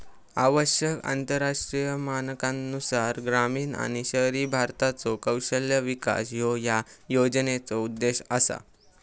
आवश्यक आंतरराष्ट्रीय मानकांनुसार ग्रामीण आणि शहरी भारताचो कौशल्य विकास ह्यो या योजनेचो उद्देश असा